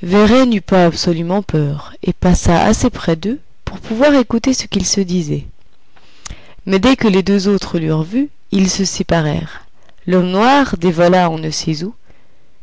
véret n'eut pas absolument peur et passa assez près d'eux pour pouvoir écouter ce qu'ils se disaient mais dès que les deux autres l'eurent vu ils se séparèrent l'homme noir dévalla on ne sait où